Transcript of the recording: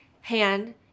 hand